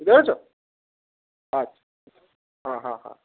বুঝতে পেরেছো আচ্ছা হাঁ হাঁ হাঁ